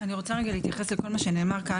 אני רוצה רגע להתייחס לכל מה שנאמר כאן,